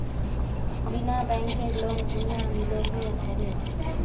बिना बैंकेर लोन कुनियाँ मिलोहो होबे?